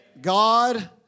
God